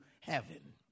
heaven